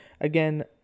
again